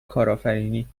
کارآفرینی